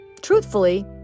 truthfully